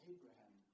Abraham